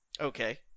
Okay